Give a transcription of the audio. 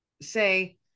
say